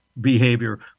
behavior